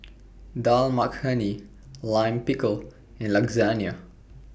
Dal Makhani Lime Pickle and Lasagne